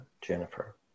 Jennifer